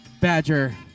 badger